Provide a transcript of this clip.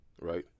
right